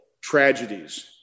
tragedies